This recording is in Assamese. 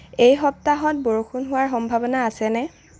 এই সপ্তাহত বৰষুণ হোৱাৰ সম্ভাৱনা আছেনে